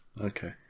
okay